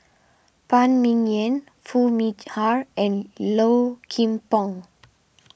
Phan Ming Yen Foo Meet Har and Low Kim Pong